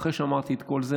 ואחרי שאמרתי את כל זה,